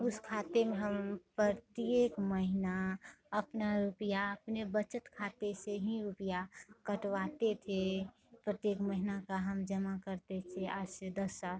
उस खाते में हम प्रत्येक महीना अपना रुपिया अपने बचत खाते से हीं रुपिया कटवाते थे प्रत्येक महीना का हम जमा करते थे आज से दस साल